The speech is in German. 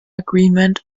agreement